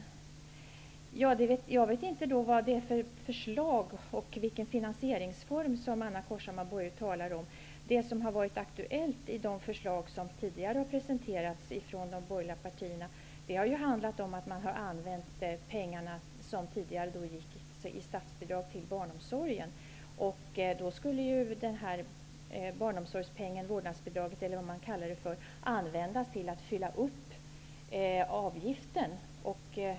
Jag vet inte vad det är för förslag och vilken finansieringsform som Anna Corshammar-Bojerud talar om. Det som har varit aktuellt i de förslag som tidigare har presenterats av de borgerliga partierna har handlat om att använda pengar som tidigare gick i statsbidrag till barnomsorgen. Då skulle barnomsorgspengen, vårdnadsbidraget, eller vad det nu kallas, användas till att fylla upp avgiften.